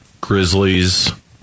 Grizzlies